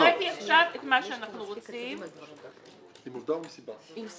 הקראתי עכשיו את מה שאנחנו רוצים עם סיבה.